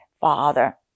Father